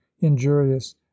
injurious